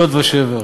שוד ושבר.